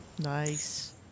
Nice